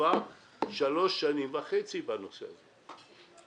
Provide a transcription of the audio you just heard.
כבר שלוש שנים וחצי סביב הנושא המדובר.